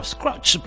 Scratch